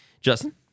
Justin